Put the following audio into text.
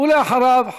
ואחריו,